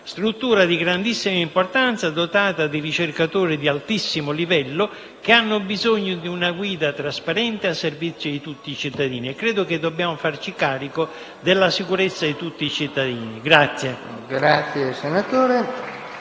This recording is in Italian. struttura di grandissima importanza, dotata di ricercatori di altissimo livello che hanno bisogno di una guida trasparente, al servizio di tutti i cittadini. Credo che dobbiamo farci carico della sicurezza di tutti i cittadini. *(Applausi dal